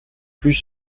plus